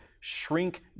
shrink